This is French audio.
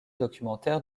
documentaire